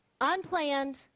Unplanned